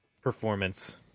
performance